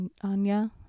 Anya